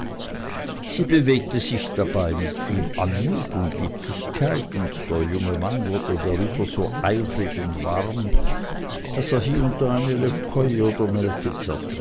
sie bewegte sich dabei mit viel anmut und lieblichkeit und der junge mann wurde darüber so eifrig und warm daß er hie und da eine